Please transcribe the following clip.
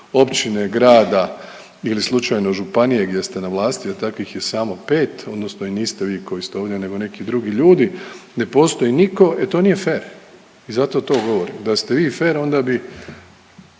općine, grada ili slučajno županije gdje ste na vlasti, a takvih je samo 5 odnosno i niste vi koji ste ovdje nego neki drugi ljudi ne postoji nitko, e to nije fer. I zato to govorim. Da ste vi fer onda bi